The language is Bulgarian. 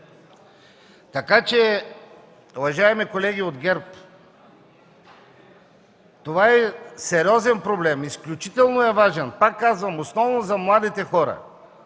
Така че, уважаеми колеги от ГЕРБ, това е сериозен проблем, изключително е важен – пак казвам, основно за младите хора.